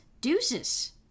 Deuces